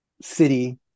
city